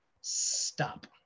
stop